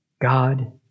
God